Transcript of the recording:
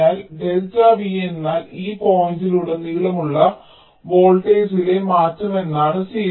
അതിനാൽ delta V എന്നാൽ ഈ പോയിന്റിലുടനീളമുള്ള വോൾട്ടേജിലെ മാറ്റം എന്നാണ് 0